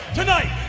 tonight